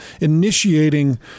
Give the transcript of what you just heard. initiating